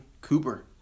Cooper